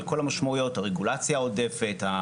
על כל המשמעויות: הרגולציה העודפת,